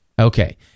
Okay